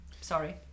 Sorry